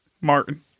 Martin